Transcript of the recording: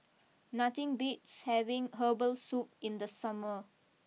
nothing beats having Herbal Soup in the summer